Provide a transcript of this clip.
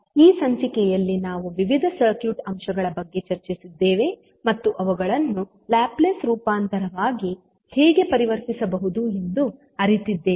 ಈ ಸಂಚಿಕೆಯಲ್ಲಿ ನಾವು ವಿವಿಧ ಸರ್ಕ್ಯೂಟ್ ಅಂಶಗಳ ಬಗ್ಗೆ ಚರ್ಚಿಸಿದ್ದೇವೆ ಮತ್ತು ಅವುಗಳನ್ನು ಲ್ಯಾಪ್ಲೇಸ್ ರೂಪಾಂತರವಾಗಿ ಹೇಗೆ ಪರಿವರ್ತಿಸಬಹುದು ಎಂದು ಅರಿತಿದ್ದೇವೆ